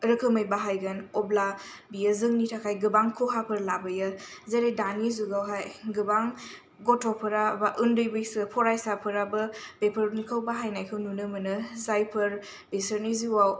रोखोमै बाहायगोन अब्ला बेयो जोंनि थाखाय गोबां खहाफोर लाबोयो जेरै दानि जुगाव हाय गोबां गथ'फोरा बा उन्दै बैसो फरायसाफोराबो बेफोरनिखौ बाहायनायखौ नुनो मोनो जायफोर बेसोरनि जिउआव